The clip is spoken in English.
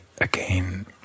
again